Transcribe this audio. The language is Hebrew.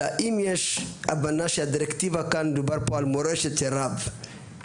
אם יש הבנה שמדובר פה על מורשת של רב,